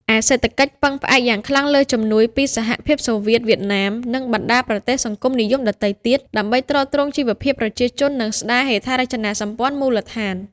ឯសេដ្ឋកិច្ចពឹងផ្អែកយ៉ាងខ្លាំងលើជំនួយពីសហភាពសូវៀត វៀតណាម និងបណ្ដាប្រទេសសង្គមនិយមដទៃទៀត ដើម្បីទ្រទ្រង់ជីវភាពប្រជាជន និងស្ដារហេដ្ឋារចនាសម្ព័ន្ធមូលដ្ឋាន ។